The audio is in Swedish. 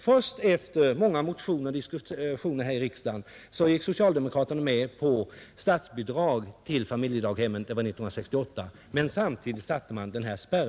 Först efter många motioner och debatter i riksdagen gick socialdemokraterna med på att bevilja statsbidrag till familjedaghemmen — det var 1968 — men samtidigt införde man denna spärr.